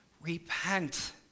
Repent